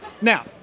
Now